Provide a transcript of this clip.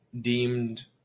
deemed